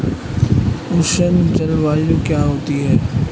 उष्ण जलवायु क्या होती है?